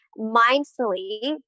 mindfully